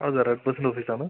അതെ റെഡ്ബസ്സിൻ്റെ ഓഫീസാണ്